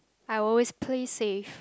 I will always play safe